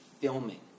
filming